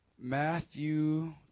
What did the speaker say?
Matthew